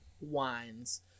wines